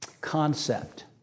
concept